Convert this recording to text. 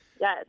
Yes